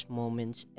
moments